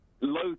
low